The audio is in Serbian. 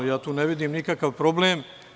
Ja tu ne vidim nikakav problem.